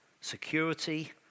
security